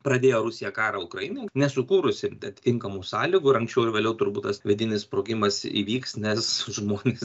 pradėjo rusija karą ukrainoj nesukūrusi atitinkamų sąlygų ir anksčiau ar vėliau turbūt tas vidinis sprogimas įvyks nes žmonės